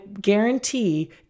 guarantee